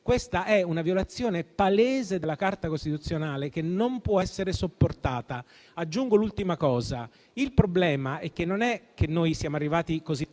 Questa è una violazione palese della Carta costituzionale che non può essere sopportata. Aggiungo un'ultima questione: il problema è che noi siamo arrivati così tardi